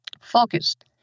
focused